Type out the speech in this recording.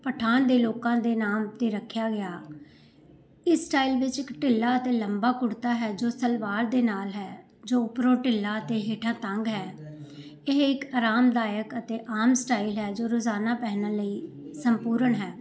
ਪਠਾਣ ਦੇ ਲੋਕਾਂ ਦੇ ਨਾਂ 'ਤੇ ਰੱਖਿਆ ਗਿਆ ਇਸ ਸਟਾਈਲ ਵਿੱਚ ਇੱਕ ਢਿੱਲਾ ਅਤੇ ਲੰਬਾ ਕੁੜਤਾ ਹੈ ਜੋ ਸਲਵਾਰ ਦੇ ਨਾਲ ਹੈ ਜੋ ਉੱਪਰੋਂ ਢਿੱਲਾ ਅਤੇ ਹੇਠਾਂ ਤੰਗ ਹੈ ਇਹ ਇੱਕ ਆਰਾਮਦਾਇਕ ਅਤੇ ਆਮ ਸਟਾਈਲ ਹੈ ਜੋ ਰੋਜ਼ਾਨਾ ਪਹਿਨਣ ਲਈ ਸੰਪੂਰਨ ਹੈ